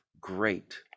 great